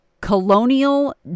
colonial